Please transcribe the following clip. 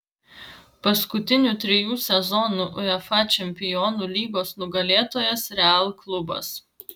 paskutinių trijų sezonų uefa čempionų lygos nugalėtojas real klubas